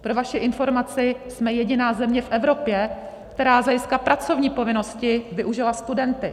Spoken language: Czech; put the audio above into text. Pro vaši informaci, jsme jediná země v Evropě, která z hlediska pracovní povinnosti využila studenty.